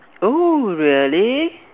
oh really